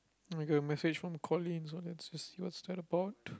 I got a message from Coleen so let's just see what's that about